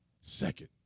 second